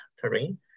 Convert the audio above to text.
terrain